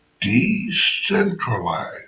decentralized